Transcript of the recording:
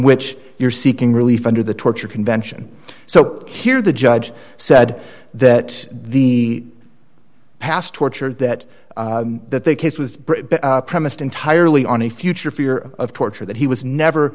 which you're seeking relief under the torture convention so here the judge said that the past torture that that the case was premised entirely on a future fear of torture that he was never